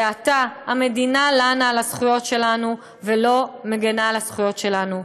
ועתה המדינה לנה על הזכויות שלנו ולא מגינה על הזכויות שלנו.